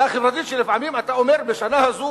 שאלה חברתית כי לפעמים אתה אומר: בשנה הזו